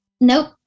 Nope